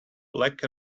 black